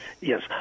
Yes